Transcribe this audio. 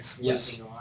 Yes